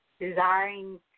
desiring